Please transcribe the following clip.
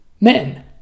men